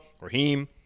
Raheem